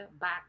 back